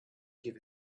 give